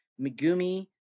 Megumi